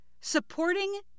supporting